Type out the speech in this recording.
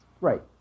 Right